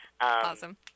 Awesome